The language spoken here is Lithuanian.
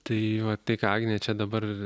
tai tai ką agnė čia dabar